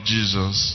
Jesus